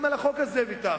גם על החוק הזה ויתרת.